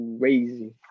crazy